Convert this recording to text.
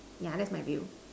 yeah that's my view